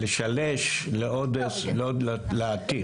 לשלש לעתיד.